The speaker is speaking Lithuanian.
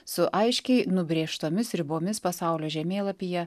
su aiškiai nubrėžtomis ribomis pasaulio žemėlapyje